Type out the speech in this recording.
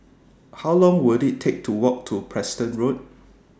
How Long Will IT Take to Walk to Preston Road